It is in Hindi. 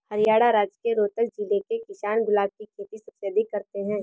हरियाणा राज्य के रोहतक जिले के किसान गुलाब की खेती सबसे अधिक करते हैं